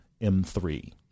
M3